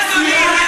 מי אדוני?